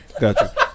Gotcha